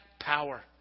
power